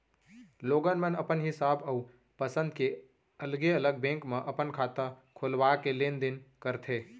लोगन मन अपन हिसाब अउ पंसद के अलगे अलग बेंक म अपन खाता खोलवा के लेन देन ल करथे